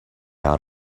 out